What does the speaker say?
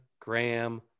graham